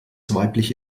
weibliche